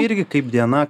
irgi kaip diena